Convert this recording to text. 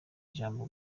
ijambo